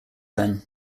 then